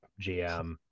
GM